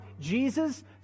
Jesus